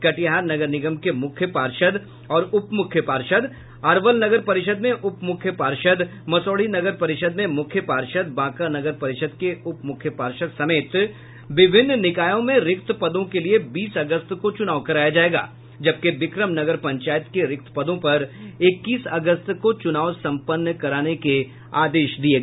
कटिहार नगर निगम के मुख्य पार्षद और उप मुख्य पार्षद अरवल नगर परिषद में उप मुख्य पार्षद मसौढ़ी नगर परिषद में मुख्य पार्षद बांका नगर परिषद के उप मुख्य पार्षद समेत विभिन्न निकायों में रिक्त पदों के लिए बीस अगस्त को चुनाव कराया जायेगा जबकि बिक्रम नगर पंचायत के रिक्त पदों पर इक्कीस अगस्त को चुनाव सम्पन्न कराने के आदेश दिये हैं